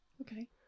Okay